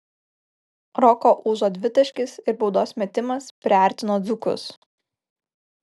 roko ūzo dvitaškis ir baudos metimas priartino dzūkus